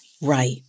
Right